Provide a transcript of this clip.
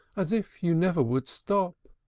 as if you never would stop!